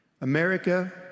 America